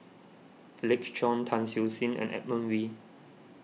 Felix Cheong Tan Siew Sin and Edmund Wee